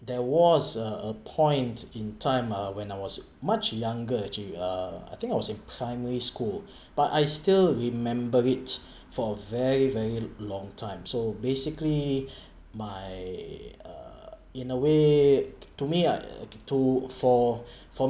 there was a a point in time uh when I was much younger actually uh I think I was in primary school but I still remember it for very very long time so basically my uh in a way to me I to for for